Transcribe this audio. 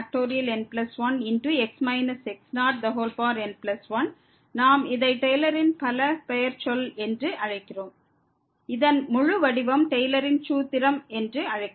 x x0n1 நாம் இதை டெய்லரின் பலபெயர்ச் சொல் என்று அழைக்கிறோம் இதன் முழு முடிவும் டெய்லரின் சூத்திரம் என்று அழைக்கப்படுகிறது